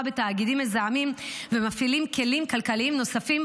בתאגידים מזהמים ומפעילים כלים כלכליים נוספים,